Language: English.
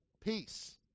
Peace